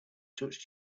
touched